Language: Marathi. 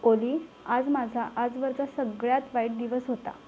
ओली आज माझा आजवरचा सगळ्यात वाईट दिवस होता